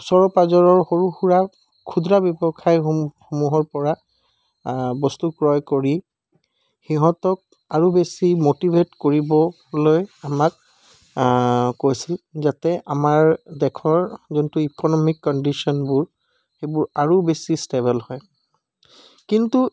ওচৰৰ পাঁজৰৰ সৰু সুৰা ক্ষুদ্ৰ ব্যৱসায়সমূহৰ পৰা বস্তু ক্ৰয় কৰি সিহঁতক আৰু বেছি ম'টিভেট কৰিবলৈ আমাক কৈছে যাতে আমাৰ দেশৰ যোনটো ইক'নমিক কণ্ডিশ্য়নবোৰ সেইবোৰ আৰু বেছি ষ্টেবল হয় কিন্তু